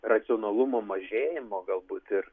racionalumo mažėjimo galbūt ir